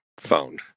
Phone